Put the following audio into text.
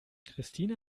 christine